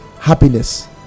happiness